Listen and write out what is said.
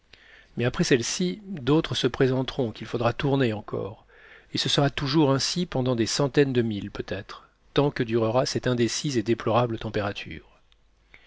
mais après celle-ci d'autres se présenteront qu'il faudra tourner encore et ce sera toujours ainsi pendant des centaines de milles peut-être tant que durera cette indécise et déplorable température